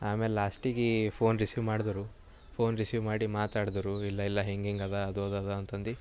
ಆಮೇಲೆ ಲಾಸ್ಟ್ಗೇ phone receive ಮಾಡಿದುರು ಫೋನ್ ರಿಸೀವ್ ಮಾಡಿ ಮಾತಾಡಿದುರು ಇಲ್ಲ ಇಲ್ಲ ಹಿಂಗೆ ಹಿಂಗೆ ಅದ ಅದು ಅದು ಅಂತಂದು